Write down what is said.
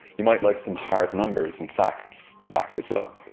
you might like some hard numbers and facts to back this up.